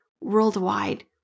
worldwide